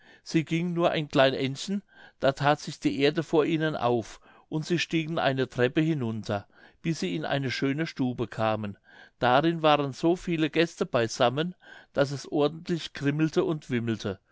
sie gingen nur ein klein endchen da that sich die erde vor ihnen auf und sie stiegen eine treppe hinunter bis sie in eine schöne stube kamen darin waren so viele gäste beisammen daß es ordentlich krimmelte und wimmelte